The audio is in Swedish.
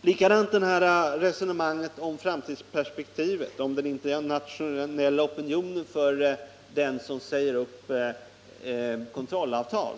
Likadant är det med resonemanget om framtidsperspektivet, om den internationella opinionen vad gäller den som säger upp kontrollavtal.